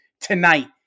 tonight